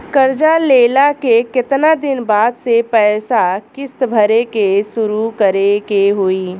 कर्जा लेला के केतना दिन बाद से पैसा किश्त भरे के शुरू करे के होई?